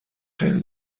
خیلی